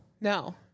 No